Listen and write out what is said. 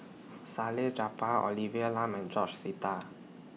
Salleh Japar Olivia Lum and George Sita